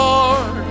Lord